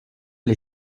les